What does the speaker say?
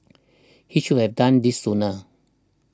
he should have done this sooner